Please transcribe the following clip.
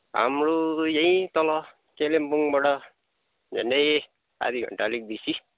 हाम्रो यहीँ तल कालिम्पोङबाट झन्डै आधी घन्टा अलिक बेसी